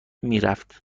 میرفت